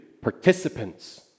participants